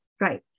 Right